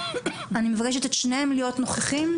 מבקשת את שניהם להיות נוכחים.